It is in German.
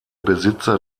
besitzer